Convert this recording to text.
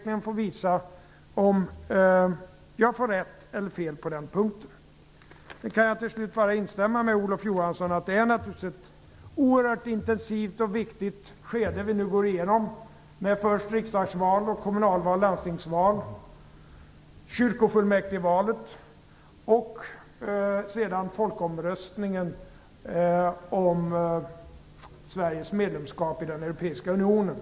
Framtiden får utvisa om jag har rätt eller fel på den punkten. Till sist kan jag bara instämma med Olof Johansson i att det naturligtvis är ett oerhört intensivt och viktigt skede som vi nu går igenom. Först var det riksdagsval, kommunalval och landstingsval. Sedan kommer kyrkofullmäktigevalet och folkomröstningen om Sveriges medlemskap i den europeiska unionen.